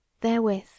Therewith